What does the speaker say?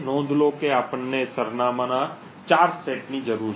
નોંધ લો કે આપણને સરનામાંના 4 સેટની જરૂર છે